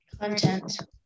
Content